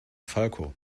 falco